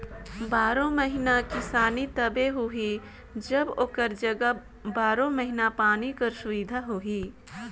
बारो महिना किसानी तबे होही जब ओकर जग बारो महिना पानी कर सुबिधा होही